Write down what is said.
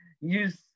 use